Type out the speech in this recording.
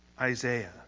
Isaiah